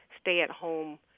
stay-at-home